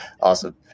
Awesome